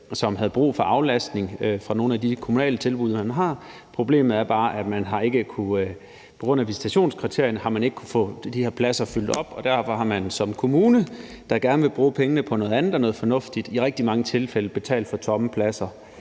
som havde brug for aflastning fra nogle af de kommunale tilbud, man har. Problemet er bare, at man på grund af visitationskriterierne ikke har kunnet få de her pladser fyldt op, og derfor har man som kommune, der gerne ville bruge pengene på noget andet og noget fornuftigt, i rigtig mange tilfælde betalt for tomme pladser.